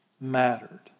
mattered